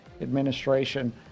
administration